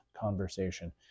conversation